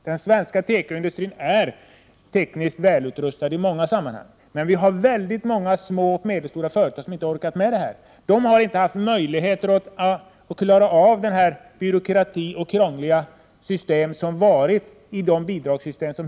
Den svenska tekoindustrin är tekniskt välutrustad i många avseenden. Vi har många små och medelstora företag som inte har orkat med i utvecklingen. De har inte haft möjligheter att klara av den byråkrati och de krångliga bestämmelser som funnits i hittillsvarande bidragssystem.